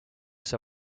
see